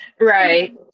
Right